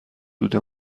دود